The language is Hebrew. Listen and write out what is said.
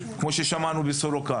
כמו ששמענו בסורוקה